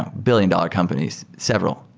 ah billion-dollar companies, several,